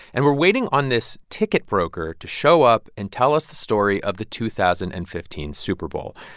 and we're waiting on this ticket broker to show up and tell us the story of the two thousand and fifteen super bowl.